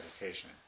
meditation